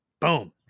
boom